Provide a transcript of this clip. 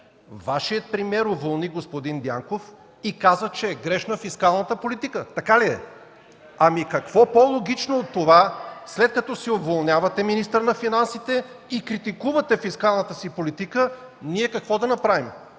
Вашият премиер уволни господин Дянков и каза, че е грешна фискалната политика. Така ли е? Ами какво по-логично от това, след като си уволнявате министъра на финансите и критикувате фискалната си политика?! Ние какво да направим?